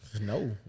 No